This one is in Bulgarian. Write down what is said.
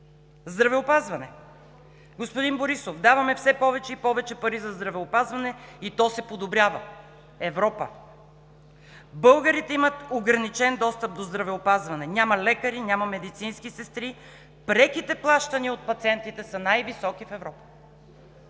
Здравеопазване. Господин Борисов: „Даваме все повече и повече пари за здравеопазване и то се подобрява.“ Европа: „Българите имат ограничен достъп до здравеопазване, няма лекари, няма медицински сестри. Преките плащания от пациентите са най-високи в Европа.“